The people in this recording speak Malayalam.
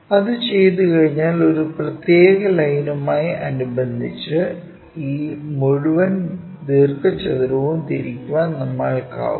അത് ചെയ്തുകഴിഞ്ഞാൽ ഒരു പ്രത്യേക ലൈനുമായി അനുബന്ധിച്ച് ഈ മുഴുവൻ ദീർഘചതുരവും തിരിക്കാൻ നമ്മൾക്കാകും